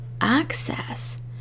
access